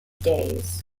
days